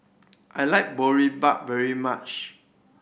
I like Boribap very much